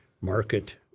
market